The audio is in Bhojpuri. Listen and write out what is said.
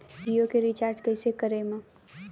जियो के रीचार्ज कैसे करेम?